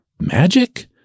magic